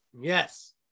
yes